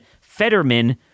Fetterman